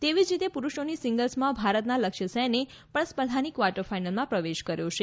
એવી જ રીતે પુરૂષોની સીંગલ્સમાં ભારતનાં લક્ષ્યસેને પણ સ્પર્ધાની ક્વાર્ટર ફાઈનલમાં પ્રવેશ કર્યો છે